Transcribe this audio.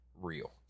real